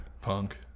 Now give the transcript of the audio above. Punk